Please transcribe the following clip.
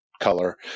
color